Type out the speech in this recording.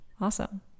Awesome